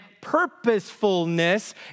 purposefulness